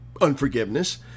unforgiveness